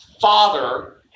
father